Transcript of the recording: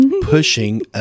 pushing